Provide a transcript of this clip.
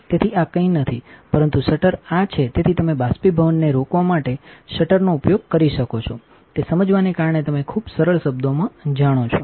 તેથી આ કંઈ નથી પરંતુ શટરઆ છે તેથી તમે બાષ્પીભવનને રોકવા માટે શટરનો ઉપયોગ કરી શકો છો તે સમજવાને કારણે તમે ખૂબ સરળ શબ્દોમાં જાણો છો